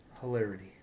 Hilarity